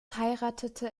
heiratete